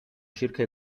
circa